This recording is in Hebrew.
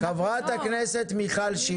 חברת הכנסת מיכל שיר.